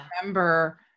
remember